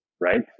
right